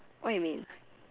what you mean